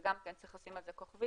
שגם צריך לשים על זה כוכבית,